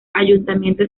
ayuntamiento